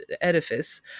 edifice